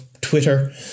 Twitter